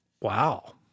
Wow